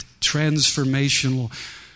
transformational